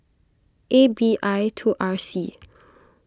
A B I two R C